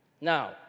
Now